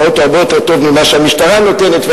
אוטו הרבה יותר טוב ממה שהמשטרה נותנת,